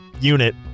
unit